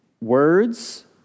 words